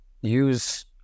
use